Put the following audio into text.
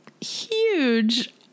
huge